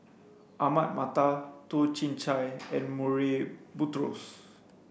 Ahmad Mattar Toh Chin Chye and Murray Buttrose